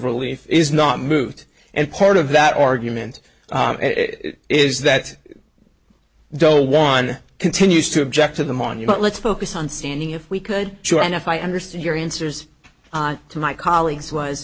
relief is not moved and part of that argument is that dole one continues to object to the monument let's focus on standing if we could show and if i understood your answers to my colleagues was